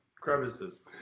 crevices